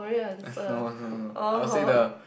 no no no I will say the